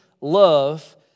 love